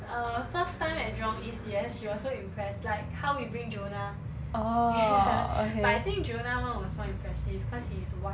err first time at jurong east yes she was so impressed like how we bring jonah ya but I think jonah's one was more impressive cause he's white